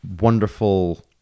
wonderful